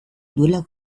duela